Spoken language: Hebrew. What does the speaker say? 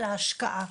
אלא השקעה.